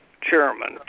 chairman